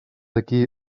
ací